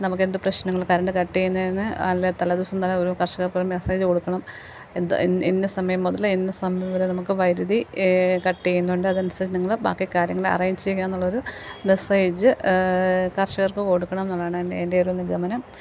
നമുക്കെന്ത് പ്രശ്നങ്ങൾ current cut ചെയ്യുന്നതെന്ന് അല്ലെ തലേ ദിവസം തന്നെ ഒരു കർഷകർക്കൊരു മെസ്സേജ് കൊടുക്കണം എന്താ ഇന്ന സമയം മുതൽ ഇന്ന സമയം വരെ നമുക്ക് വൈദ്യുതി കട്ട് ചെയ്യുന്നുണ്ട് അതനുസരിച്ച് നിങ്ങൾ ബാക്കി കാര്യങ്ങൾ അറേഞ്ച് ചെയ്യാമെന്നുള്ളൊരു മെസ്സേജ് കർഷകർക്ക് കൊടുക്കണമെന്നുള്ളതാണ് എൻ്റെ ഒരു നിഗമനം